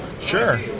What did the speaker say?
Sure